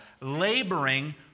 laboring